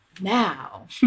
now